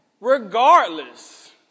regardless